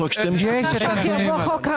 יש את הנתונים הללו.